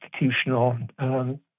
institutional